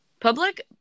Public